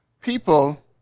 people